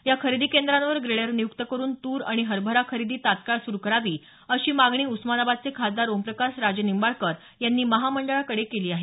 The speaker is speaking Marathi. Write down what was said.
या खरेदी केंद्रांवर ग्रेडर नियुक्त करून तूर आणि हरभरा खरेदी तात्काळ सुरु करावी अशी मागणी उस्मानाबादचे खासदार ओमप्रकाश राजे निंबाळकर यांनी महामंडळाकडे केली आहे